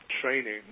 training